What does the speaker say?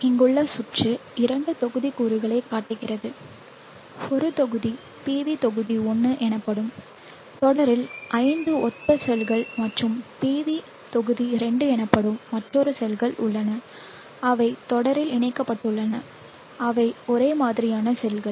இங்குள்ள சுற்று இரண்டு தொகுதிக்கூறுகளைக் காட்டுகிறது ஒரு தொகுதி PV தொகுதி 1 எனப்படும் தொடரில் 5 ஒத்த செல்கள் மற்றும் PV தொகுதி 2 எனப்படும் மற்றொரு செல்கள் உள்ளன அவை தொடரில் இணைக்கப்பட்டுள்ளன அவை ஒரே மாதிரியான செல்கள்